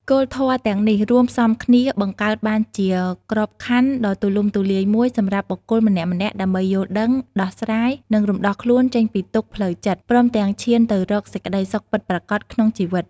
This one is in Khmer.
គោលធម៌ទាំងនេះរួមផ្សំគ្នា បង្កើតបានជាក្របខ័ណ្ឌដ៏ទូលំទូលាយមួយសម្រាប់បុគ្គលម្នាក់ៗដើម្បីយល់ដឹង ដោះស្រាយ និងរំដោះខ្លួនចេញពីទុក្ខផ្លូវចិត្ត ព្រមទាំងឈានទៅរកសេចក្តីសុខពិតប្រាកដក្នុងជីវិត។